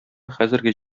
хәзерге